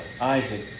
Isaac